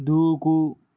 దూకు